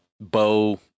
bow